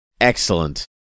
excellent